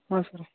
ಹಾಂ ಸರ್ರ